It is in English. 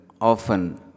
often